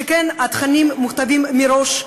שכן התכנים מוכתבים מראש,